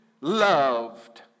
loved